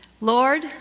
Lord